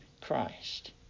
Christ